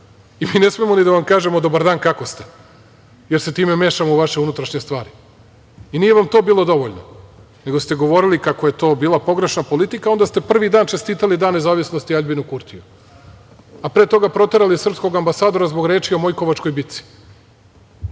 i mi ne smemo ni da vam kažemo - dobar dan, kako ste, jer se time mešamo u vaše unutrašnje stvari?I nije vam to bilo dovoljno, nego ste govorili kako je to bila pogrešna politika, a onda ste prvi dan čestitali dan nezavisnosti Aljbinu Kurtiju, a pre toga proterali srpskog ambasadora zbog reči o Mojkovačkoj bici,